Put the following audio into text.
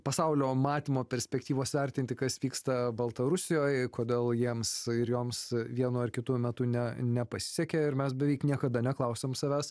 pasaulio matymo perspektyvos vertinti kas vyksta baltarusijoj kodėl jiems ir joms vienu ar kitu metu ne nepasisekė ir mes beveik niekada neklausiam savęs